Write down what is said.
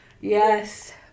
yes